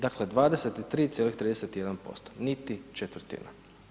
Dakle 23,31%, niti četvrtina.